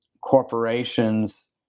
corporations